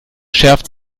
schärfte